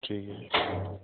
ठीक है